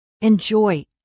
Enjoy